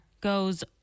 goes